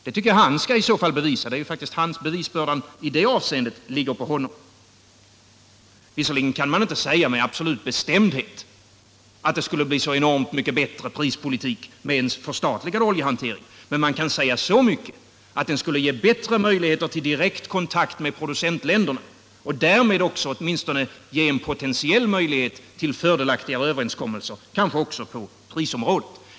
Jag tycker att han skall bevisa det — i det avseendet ligger bevisbördan på honom. Visserligen kan man inte med absolut bestämdhet säga att det skulle bli enormt mycket bättre prispolitik med en förstatligad oljehantering, men man kan säga så mycket som att den skulle ge bättre möjligheter till direkt kontakt med producentländerna, och därmed också ge åtminstone en potentiell möjlighet till fördelaktigare överenskommelser — kanske också på prisområdet.